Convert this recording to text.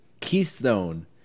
Keystone